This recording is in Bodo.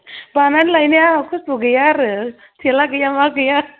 बानानै लायनाया आहा खस्थ' गैया आरो थेला गैया मा गैया